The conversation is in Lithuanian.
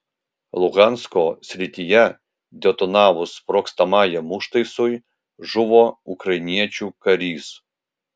luhansko srityje detonavus sprogstamajam užtaisui žuvo ukrainiečių karys